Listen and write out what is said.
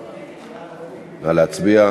נא להצביע.